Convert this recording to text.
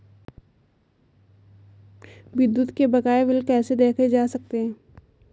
विद्युत के बकाया बिल कैसे देखे जा सकते हैं?